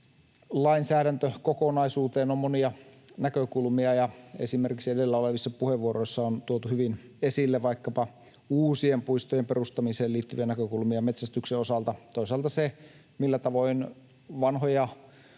lainsäädäntökokonaisuuteen on monia näkökulmia, ja esimerkiksi edellä olevissa puheenvuoroissa on tuotu hyvin esille vaikkapa uusien puistojen perustamiseen liittyviä näkökulmia metsästyksen osalta, toisaalta se, millä tavoin vanhoja,